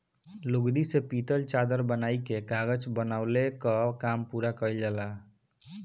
लुगदी से पतील चादर बनाइ के कागज बनवले कअ काम पूरा कइल जाला